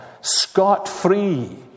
scot-free